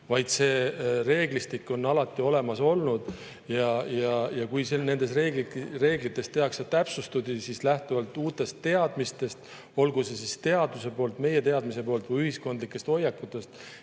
See reeglistik on alati olemas olnud ja kui nendes reeglites tehakse täpsustusi lähtuvalt uutest teadmistest, olgu siis teadusest, meie teadmistest või ühiskondlikest hoiakutest